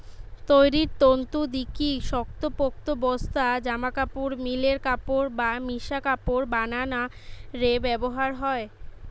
তৈরির তন্তু দিকি শক্তপোক্ত বস্তা, জামাকাপড়, মিলের কাপড় বা মিশা কাপড় বানানা রে ব্যবহার হয়